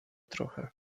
trochę